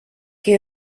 que